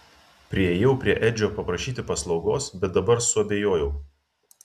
priėjau prie edžio paprašyti paslaugos bet dabar suabejojau